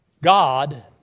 God